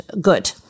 good